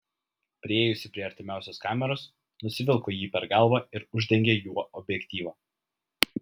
priėjusi prie artimiausios kameros nusivilko jį per galvą ir uždengė juo objektyvą